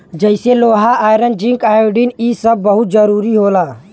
जइसे लोहा iron zinc iodine इ सब बहुत जरूरी होला